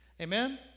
Amen